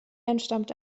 entstammte